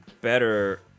better